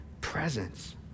presence